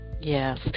Yes